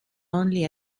only